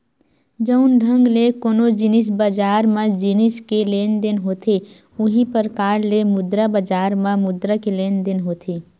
जउन ढंग ले कोनो जिनिस बजार म जिनिस के लेन देन होथे उहीं परकार ले मुद्रा बजार म मुद्रा के लेन देन होथे